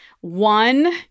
One